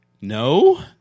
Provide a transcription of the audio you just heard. no